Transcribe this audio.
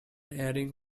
airing